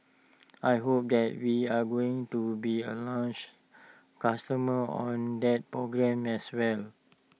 I hope that we are going to be A launch customer on that program as well